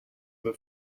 that